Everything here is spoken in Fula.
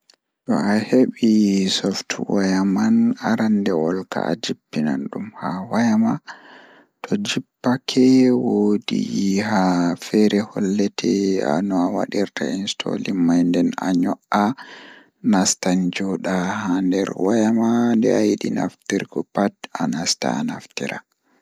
To aheɓi softwaya mai aranndewol kam Naatude software ngal ngam waɗde ko aɗa waawi. Foti ngolli ko hoore, hokkude 'Install' kadi. Wakkil ngal, foti wi'ude software ngal.